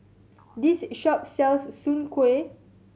this shop sells Soon Kueh